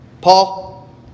Paul